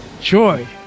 Joy